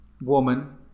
woman